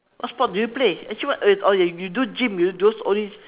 what sport do you play actually what oh ya ya you do gym those all this